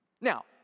Now